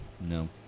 No